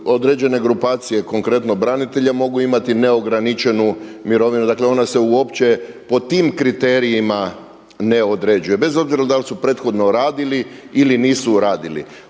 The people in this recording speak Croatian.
određene grupacije konkretno branitelja mogu imati neograničenu mirovinu. Dakle, ona se uopće po tim kriterijima ne određuje bez obzira da li su prethodno radili ili nisu radili.